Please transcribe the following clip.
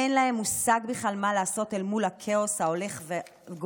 אין להם מושג בכלל מה לעשות אל מול הכאוס ההולך וגובר.